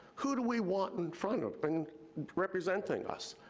who do we want in front of and representing us?